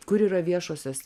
kur yra viešosios